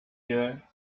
year